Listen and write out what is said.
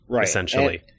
essentially